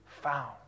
found